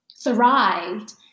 thrived